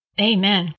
Amen